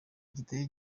kitari